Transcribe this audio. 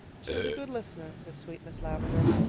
she was a good listener, this sweet miss lavendar,